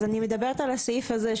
אז אני מדברת על הסעיף הזה,